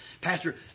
Pastor